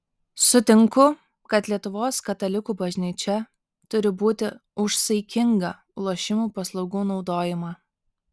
sutinku kad lietuvos katalikų bažnyčia turi būti už saikingą lošimų paslaugų naudojimą